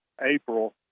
April